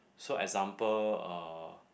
so example uh